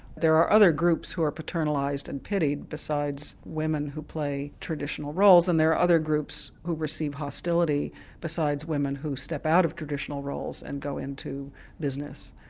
there are other groups who are paternalised and pitied besides women who play traditional roles, and there are other groups who receive hostility besides women who step out of traditional roles and go into business.